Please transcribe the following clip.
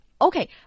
okay